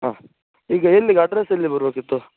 ಹಾಂ ಈಗ ಎಲ್ಲಿಗೆ ಅಡ್ರಸ್ ಎಲ್ಲಿಗೆ ಬರಬೇಕಿತ್ತು